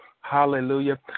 Hallelujah